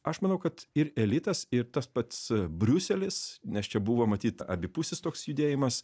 aš manau kad ir elitas ir tas pats briuselis nes čia buvo matyt abipusis toks judėjimas